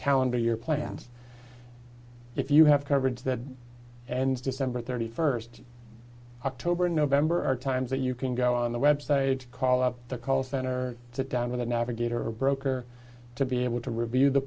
calendar year plans if you have coverage that and december thirty first october and november are times that you can go on the web say to call up the call center down with a navigator a broker to be able to review the